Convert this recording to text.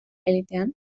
elitean